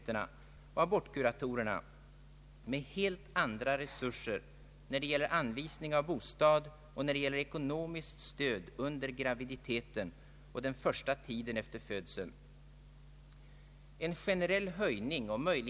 En omdiskuterad fråga är om kvinnan ångrar en abort eller inte. Där förekommer givetvis variationer från fall till fall.